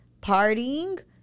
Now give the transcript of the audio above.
partying